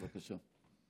בבקשה.